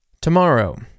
Tomorrow